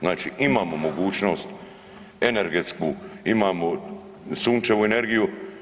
Znači, imamo mogućnost energetsku, imamo sunčevu energiju.